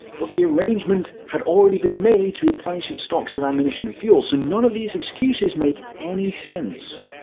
but the arrangement had already been made to replenish its stocks of ammunition and fuel. so and none of these excuses make any sense.